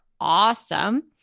awesome